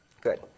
Good